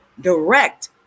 direct